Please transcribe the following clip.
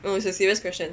no is a serious question